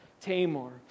Tamar